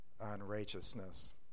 unrighteousness